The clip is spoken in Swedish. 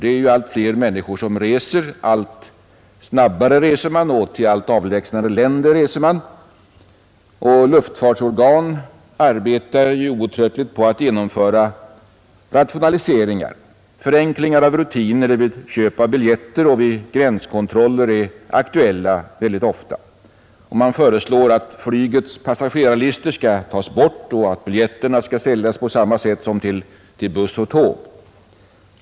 Det är allt fler människor som reser, de reser allt snabbare och till allt avlägsnare länder, och luftfartsorganen arbetar outtröttligt på att genomföra rationaliseringar. Förenklingar av rutiner vid köp av biljetter och vid gränskontroller är ofta aktuella. Man föreslår att flygets passagerarlistor skall tas bort och att biljetterna skall säljas på samma sätt som till buss och tåg.